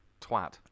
Twat